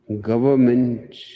government